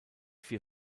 vier